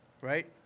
right